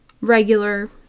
regular